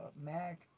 Mac